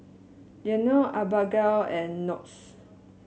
Leone Abagail and Knox